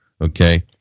okay